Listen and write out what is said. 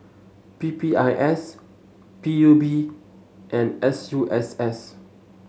P P I S P U B and S U S S